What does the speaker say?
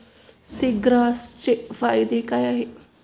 सीग्रासचे फायदे काय आहेत?